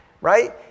Right